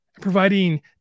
Providing